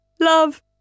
Love